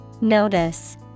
Notice